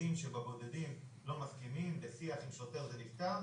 בודדים שבבודדים לא מסכימים ובשיח עם שוטר זה נפתר.